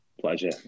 pleasure